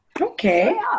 okay